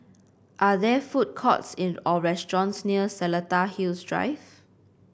are there food courts or restaurants near Seletar Hills Drive